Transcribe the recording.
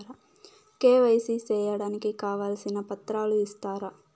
KYC సేయడానికి కావాల్సిన పత్రాలు ఇస్తారా?